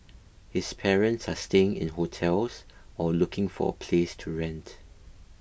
his parents are staying in hotels while looking for a place to rent